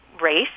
race